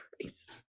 Christ